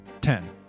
ten